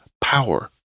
power